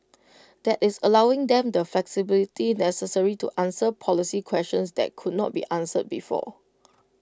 that is allowing them the flexibility necessary to answer policy questions that could not be answered before